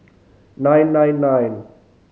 nine nine nine